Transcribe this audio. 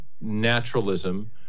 naturalism